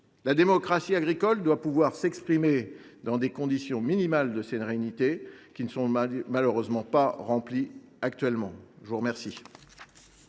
La démocratie agricole doit pouvoir s’exprimer dans des conditions minimales de sérénité, qui ne sont malheureusement pas remplies actuellement. La parole